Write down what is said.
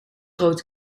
groot